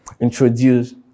introduce